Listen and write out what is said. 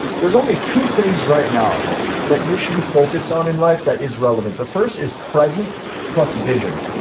there's only two things right now that you should be focused on in life that is relevant. the first is present plus vision.